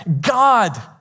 God